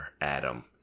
adam